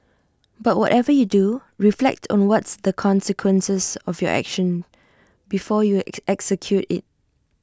but whatever you do reflect on what's the consequences of your action before you execute IT